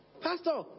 pastor